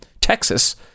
Texas